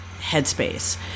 headspace